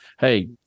Hey